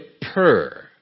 purr